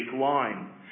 line